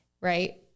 right